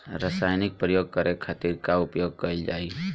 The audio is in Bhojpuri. रसायनिक प्रयोग करे खातिर का उपयोग कईल जाइ?